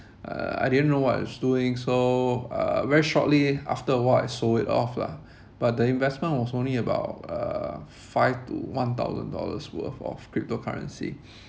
uh I didn't know what I was doing so uh very shortly after a while I sold it off lah but the investment was only about uh five to one thousand dollars worth of cryptocurrency